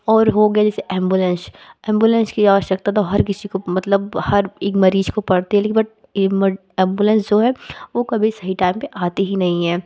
और हो गया जैसे एम्बुलेंस एम्बुलेंस की आवश्कता हर किसी मतलब हर एक मरीज़ को पड़ती हैं लेकिन बट ये मड एम्बुलेंस जो है वो कभी सही टाइम पर आती ही नहीं है